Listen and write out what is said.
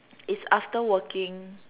it's after working